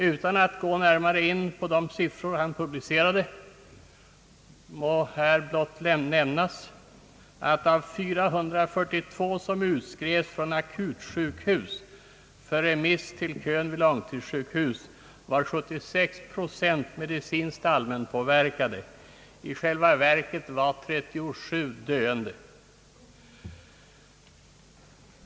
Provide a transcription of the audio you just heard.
Utan att gå närmare in på de siffror han publicerade vill jag här blott nämna, att av 442 personer som utskrevs från akutsjukhus för remiss till kön vid långtidssjukhus var 76 procent medicinskt allmänpåverkade. I själva verket var 37 döende.